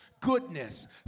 goodness